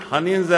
חנין,